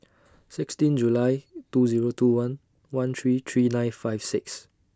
sixteen July two Zero two one one three three nine five six